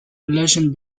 relation